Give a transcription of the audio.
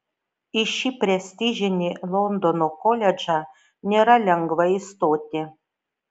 į šį prestižinį londono koledžą nėra lengva įstoti